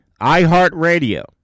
iHeartRadio